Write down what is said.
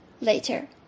Later